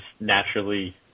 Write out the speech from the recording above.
naturally